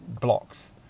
blocks